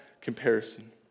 comparison